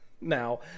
Now